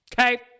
Okay